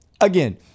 Again